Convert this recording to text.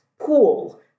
pool